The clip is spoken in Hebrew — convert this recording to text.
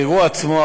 2. באירוע עצמו,